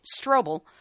Strobel